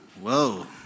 whoa